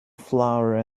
flower